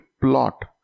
plot